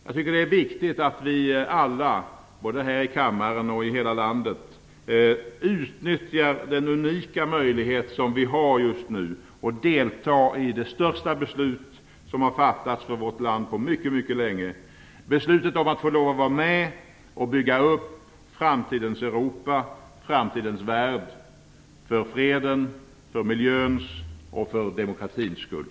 Jag tycker att det är viktigt att vi alla, här i kammaren och i hela landet, utnyttjar den unika möjlighet som vi just nu har att delta i det största beslut som har fattats för vårt land på mycket länge: beslutet att få vara med och bygga upp framtidens Europa, framtidens värld, för fredens, för miljöns och för demokratins skull.